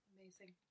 Amazing